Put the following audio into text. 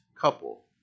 couple